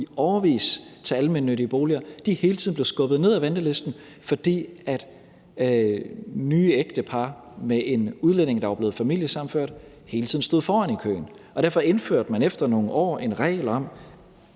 venteliste til almennyttige boliger i årevis, hele tiden blev skubbet ned ad ventelisten, fordi nye ægtepar med en udlænding, der var blevet familiesammenført, hele tiden stod foran i køen. Derfor indførte man efter nogle år en regel om,